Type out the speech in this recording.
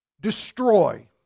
destroy